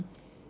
mm